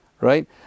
right